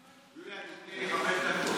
יוליה, תני לי חמש דקות.